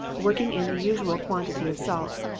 working in the usual quantity of salt.